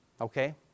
okay